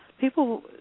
people